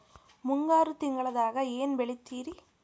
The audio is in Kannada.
ಮುಂಗಾರು ತಿಂಗಳದಾಗ ಏನ್ ಬೆಳಿತಿರಿ?